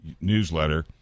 newsletter